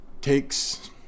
takes